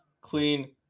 clean